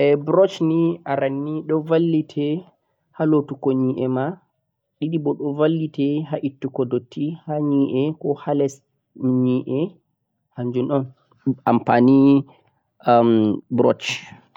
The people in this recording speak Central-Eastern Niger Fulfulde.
brush ni aranni do vallite ha lotugo nyi'e ma didi boh do vallite ha ittugo dutti ha nyi'e ko ha les nyi'e kanjhum on amfani brush